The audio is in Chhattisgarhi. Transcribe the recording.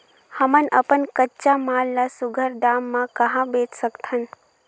हमन अपन कच्चा माल ल सुघ्घर दाम म कहा बेच सकथन?